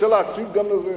אני רוצה להשיב גם לזה,